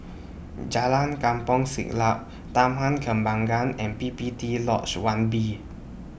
Jalan Kampong Siglap Taman Kembangan and P P T Lodge one B